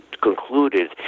concluded